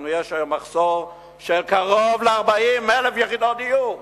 לנו יש היום מחסור של קרוב ל-40,000 יחידות דיור.